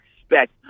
expect